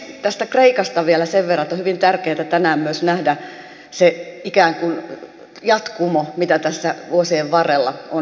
tästä kreikasta vielä sen verran että on hyvin tärkeätä tänään myös nähdä se ikään kuin jatkumo mitä tässä vuosien varrella on tapahtunut